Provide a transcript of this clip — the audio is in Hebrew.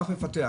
אף מפתח,